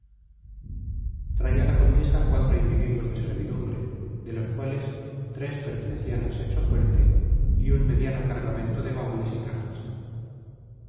traía la condesa cuatro individuos de servidumbre de los cuales tres pertenecían al sexo fuerte y un mediano cargamento de baúles y cajas